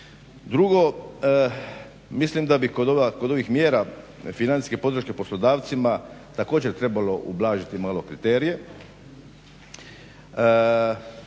Drugo, mislim da bi kod ovih mjera financijske podrške poslodavcima također trebalo ublažiti malo kriterije